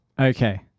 Okay